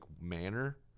manner